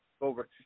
over